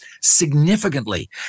significantly